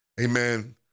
Amen